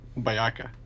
Bayaka